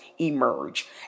emerge